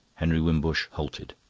henry wimbush halted.